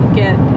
get